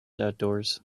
outdoors